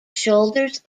shoulders